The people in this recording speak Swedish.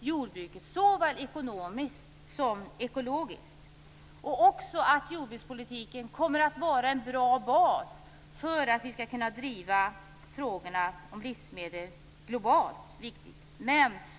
jordbruket, såväl ekonomiskt som ekologiskt, och om att jordbrukspolitiken är en bra bas för att globalt driva livsmedelsfrågorna.